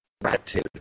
gratitude